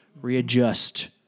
readjust